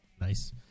Nice